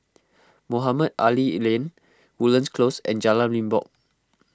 Mohamed Ali Lane Woodlands Close and Jalan Limbok